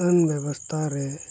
ᱟᱹᱱ ᱵᱮᱵᱚᱥᱛᱷᱟ ᱨᱮ